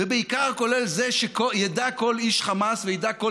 ובעיקר כולל זה שידע כל איש חמאס וידע כל